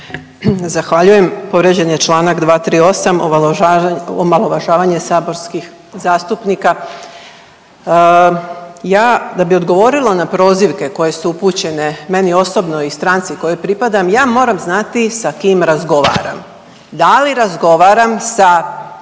Zahvaljujem. Povrijeđen je članak 238. omalovažavanje saborskih zastupnika. Ja da bi odgovorila na prozivke koje su upućeni meni osobno i stranci kojoj pripadam, ja moram znati sa kim razgovaram. Da li razgovaram sa